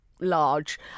large